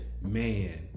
Man